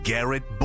Garrett